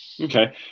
okay